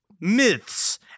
myths